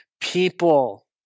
people